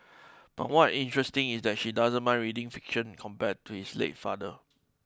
but what interesting is that she doesn't mind reading fiction compared to his late father